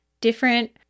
different